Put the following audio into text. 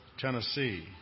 Tennessee